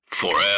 forever